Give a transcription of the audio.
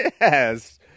yes